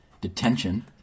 Detention